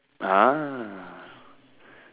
ah